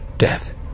Death